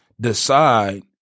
decide